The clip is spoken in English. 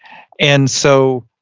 and so,